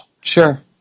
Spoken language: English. Sure